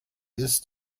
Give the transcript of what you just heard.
ist